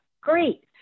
great